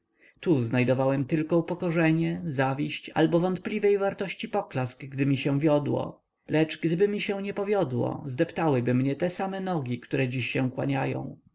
tu znajdowałem tylko upokorzenie zawiść albo wątpliwej wartości poklask gdy mi się wiodło lecz gdyby mi się niepowiodło zdeptałyby mnie te same nogi które dziś się kłaniają